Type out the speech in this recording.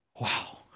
Wow